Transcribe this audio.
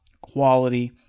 quality